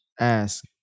ask